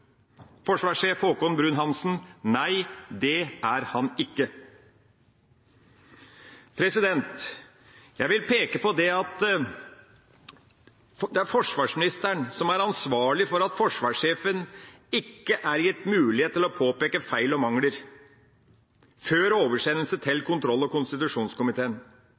Forsvarssjef Haakon Bruun-Hanssen svarte: «Nei, det er han ikke.» Jeg vil peke på at det er forsvarsministeren som er ansvarlig for at forsvarssjefen ikke er gitt mulighet til å påpeke feil og mangler før oversendelse til kontroll- og konstitusjonskomiteen,